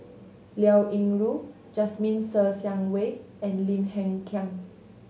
Liao Yingru Jasmine Ser Xiang Wei and Lim Hng Kiang